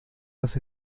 los